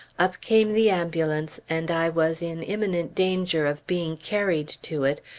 up came the ambulance, and i was in imminent danger of being carried to it,